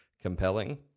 compelling